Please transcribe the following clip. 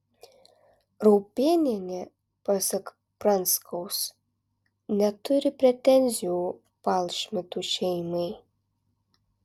raupėnienė pasak pranskaus neturi pretenzijų palšmitų šeimai